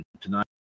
tonight